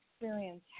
experience